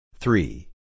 Three